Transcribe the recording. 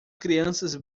crianças